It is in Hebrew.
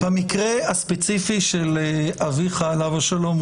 במקרה הספציפי של אביך עליו השלום,